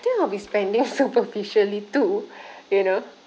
I think I'll be spending superficially too you know